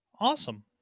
awesome